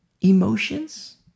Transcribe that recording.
emotions